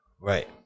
Right